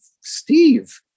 Steve